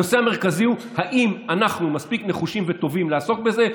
הנושא המרכזי הוא אם אנחנו מספיק נחושים וטובים לעסוק בזה.